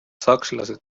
sakslased